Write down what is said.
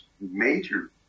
major